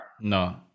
No